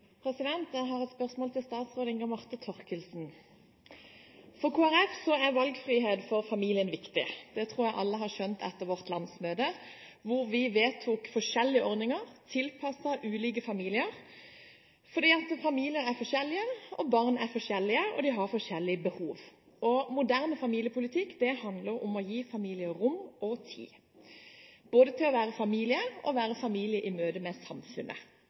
Jeg har et spørsmål til statsråd Inga Marte Thorkildsen. For Kristelig Folkeparti er valgfrihet for familien viktig. Det tror jeg alle har skjønt etter vårt landsmøte, hvor vi vedtok forskjellige ordninger tilpasset ulike familier, fordi familier er forskjellige, barn er forskjellige, og de har forskjellige behov. Moderne familiepolitikk handler om å gi familien rom og tid til både å være familie og å være familie i møte med